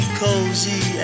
cozy